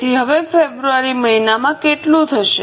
તેથી હવે ફેબ્રુઆરી મહિનામાં કેટલું હશે